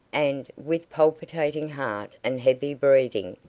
and, with palpitating heart and heavy breathing,